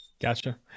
Gotcha